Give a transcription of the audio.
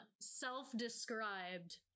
self-described